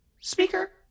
Speaker